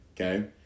okay